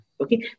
Okay